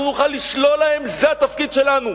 אנחנו נוכל לשלול להם, זה התפקיד שלנו.